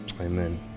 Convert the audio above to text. amen